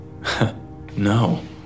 No